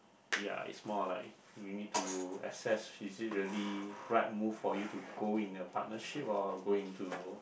ya it's more like you need to assess is it really right move for you to go in a partnership or go into